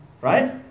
Right